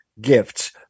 gifts